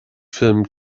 filmen